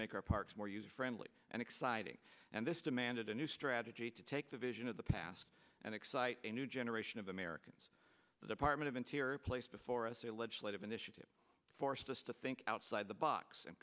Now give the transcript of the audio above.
make our parks more user friendly and exciting and this demanded a new strategy to take the vision of the past and excite a new generation of americans the department of interior placed before us a legislative initiative forced us to think outside the box and